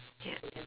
ya